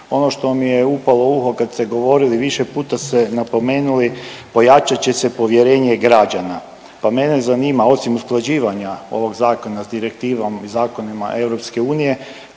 Ono što mi je upalo u uho kad ste govorili, više puta ste napomenuli, pojačat će se povjerenje građana. Pa mene zanima osim usklađivanja ovog zakona s direktivom i zakonima EU